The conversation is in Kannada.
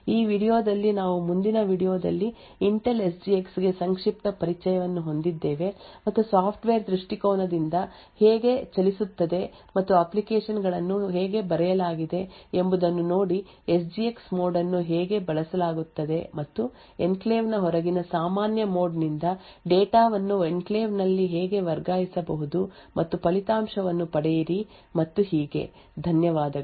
ಈ ವೀಡಿಯೊ ದಲ್ಲಿ ನಾವು ಮುಂದಿನ ವೀಡಿಯೊದಲ್ಲಿ ಇಂಟೆಲ್ ಯಸ್ ಜಿ ಎಕ್ಸ್ ಗೆ ಸಂಕ್ಷಿಪ್ತ ಪರಿಚಯವನ್ನು ಹೊಂದಿದ್ದೇವೆ ಮತ್ತು ಸಾಫ್ಟ್ವೇರ್ ದೃಷ್ಟಿಕೋನದಿಂದ ಹೇಗೆ ಚಲಿಸುತ್ತದೆ ಮತ್ತು ಅಪ್ಲಿಕೇಶನ್ ಗಳನ್ನು ಹೇಗೆ ಬರೆಯಲಾಗಿದೆ ಎಂಬುದನ್ನು ನೋಡಿ ಯಸ್ ಜಿ ಎಕ್ಸ್ ಮೋಡ್ ಅನ್ನು ಹೇಗೆ ಬಳಸಲಾಗುತ್ತದೆ ಮತ್ತು ಎನ್ಕ್ಲೇವ್ ನ ಹೊರಗಿನ ಸಾಮಾನ್ಯ ಮೋಡ್ ನಿಂದ ಡೇಟಾ ವನ್ನು ಎನ್ಕ್ಲೇವ್ ನಲ್ಲಿ ಹೇಗೆ ವರ್ಗಾಯಿಸಬಹುದು ಮತ್ತು ಫಲಿತಾಂಶವನ್ನು ಪಡೆಯಿರಿ ಮತ್ತು ಹೀಗೆ ಧನ್ಯವಾದಗಳು